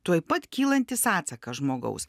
tuoj pat kylantis atsakas žmogaus